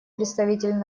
представитель